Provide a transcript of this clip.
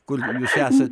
kur jūs esat